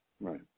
right